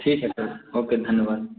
ठीक है sir okay धन्यवाद